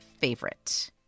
favorite